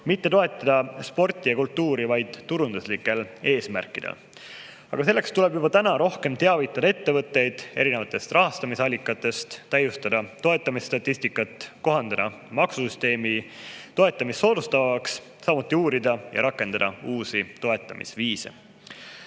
et toetada sporti ja kultuuri vaid turunduslikel eesmärkidel. Aga selleks tuleb juba täna teavitada ettevõtteid erinevatest rahastamisallikatest, täiustada toetamisstatistikat, kohandada maksusüsteem toetamist soodustavaks, samuti uurida ja rakendada uusi toetamisviise.